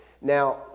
Now